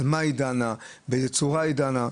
על מה היא דנה, באיזה צורה היא דנה.